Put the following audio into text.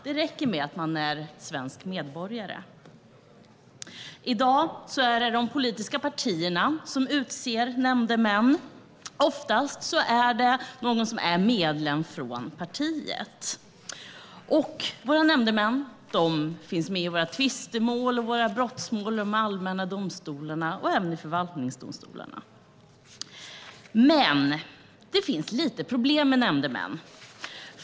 Det räcker med att man är svensk medborgare. I dag är det de politiska partierna som utser nämndemän. Oftast är nämndemannen en medlem i partiet. Våra nämndemän finns med i tvistemål och brottmål i de allmänna domstolarna, och de är också med i förvaltningsdomstolarna. Men det finns lite problem med nämndemän.